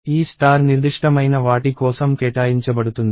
ఈ స్టార్ నిర్దిష్టమైన వాటి కోసం కేటాయించబడుతుంది